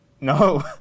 No